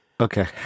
Okay